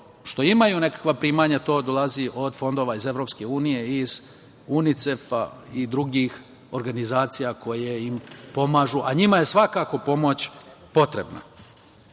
što imaju nekakva primanja, to dolazi od fondova iz EU i iz UNICEF i drugih organizacija koje im pomažu, a njima je svakako pomoć potrebna. Naravno,